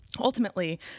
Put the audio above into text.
ultimately